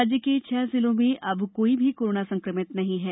राज्य के छह जिलों में अब कोई भी कोरोना संक्रमित नहीं हैं